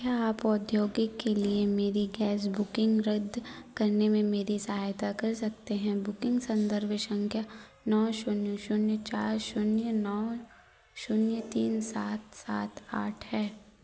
क्या आप औद्योगिक के लिए मेरी गैस बुकिंग रद्द करने में मेरी सहायता कर सकते हैं बुकिंग संदर्भ संख्या नौ शून्य शून्य चार शून्य नौ शून्य तीन सात सात आठ है